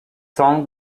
song